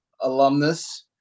alumnus